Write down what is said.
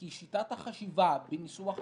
כי שיטת החשיבה בניסוח השאלות,